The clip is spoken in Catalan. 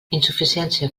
insuficiència